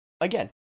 Again